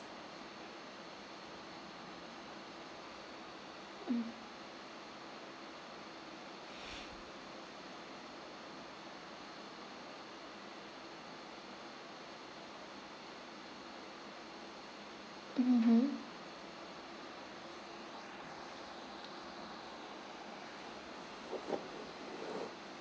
mm mmhmm